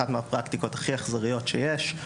אחת מהפרקטיקות הכי אכזריות שיש.